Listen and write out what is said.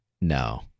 no